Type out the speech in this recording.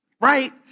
right